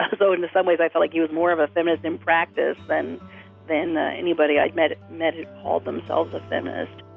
ah so, in and some ways, i felt like he was more of a feminist in practice than than anybody i'd met met who called themselves a feminist